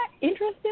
interesting